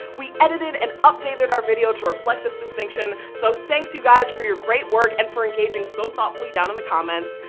we edited and updated our video to reflect this distinction. so thanks to you guys for your great work and for engaging so thoughtfully down in the comments.